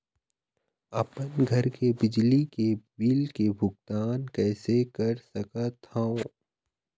अपन घर के बिजली के बिल के भुगतान कैसे कर सकत हव?